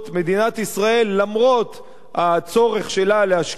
מדינת ישראל למרות הצורך שלה להשקיע